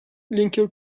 linker